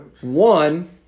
One